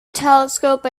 telescope